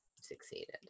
succeeded